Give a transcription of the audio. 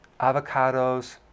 avocados